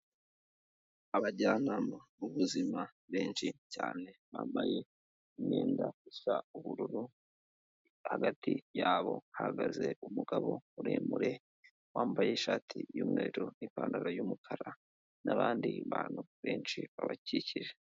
Abajyanama b'ubuzima benshi cyane, bambaye imyenda isa ubururu, hagati yabo hahagaze umugabo muremure, wambaye ishati y'umweru n'ipantaro y'umukara n'abandi bantu benshi babakikije.